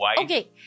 okay